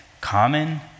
common